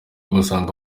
basanga